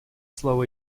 слово